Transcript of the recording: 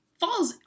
falls